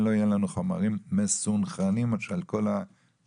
לא יהיה לנו חומרים מסונכרנים של כל המשרדים.